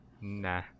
nah